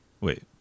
Wait